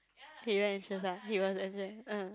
he very anxious ah he was